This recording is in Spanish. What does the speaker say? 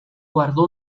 guardó